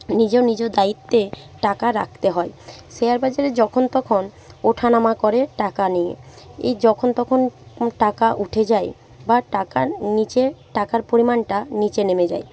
নিজ নিজ দায়িত্বে টাকা রাখতে হয় শেয়ার বাজারে যখন তখন ওঠা নামা করে টাকা নিয়ে এই যখন তখন টাকা উঠে যায় বা টাকার নিচে টাকার পরিমাণটা নিচে নেমে যায়